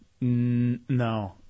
No